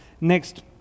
next